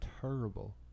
terrible